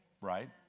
right